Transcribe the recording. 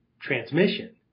Transmission